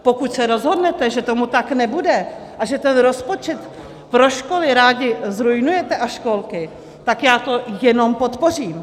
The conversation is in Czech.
Pokud se rozhodnete, že tomu tak nebude a že ten rozpočet pro školy rádi zruinujete, a školky, tak já to jenom podpořím.